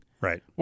Right